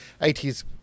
80s